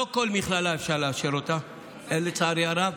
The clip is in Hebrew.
לא כל מכללה אפשר לאשר, לצערי הרב.